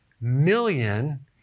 million